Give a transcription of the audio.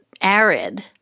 arid